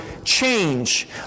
Change